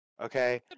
okay